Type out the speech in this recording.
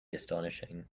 astonishing